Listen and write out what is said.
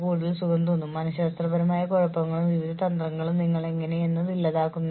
performance സിസ്റ്റങ്ങൾക്കായുള്ള ശമ്പളത്തിന്റെ വെല്ലുവിളികളെ നിങ്ങൾ എങ്ങനെ നേരിടും